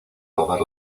todas